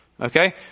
Okay